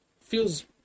feels